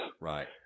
Right